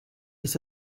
ist